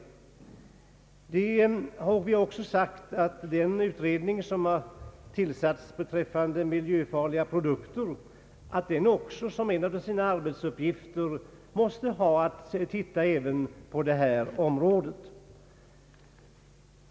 Utskottet har också sagt att den utredning som har tillsatts beträffande miljöfarliga produkter som en av sina arbetsuppgifter måste ha att titta även på detta område.